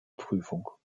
prüfung